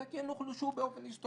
אלא כן הן הוחלשו באופן היסטורי.